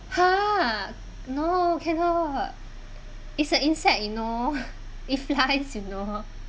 ha no cannot it's a inside you know it flies you know